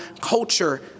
culture